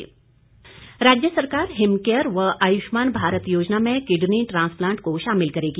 विपिन परमार राज्य सरकार हिमकेयर व आयुष्मान भारत योजना में किडनी ट्रांसप्लांट को शामिल करेगी